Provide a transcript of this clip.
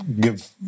give